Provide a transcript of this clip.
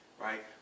right